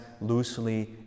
loosely